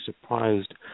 surprised